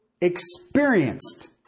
experienced